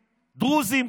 דרוזים,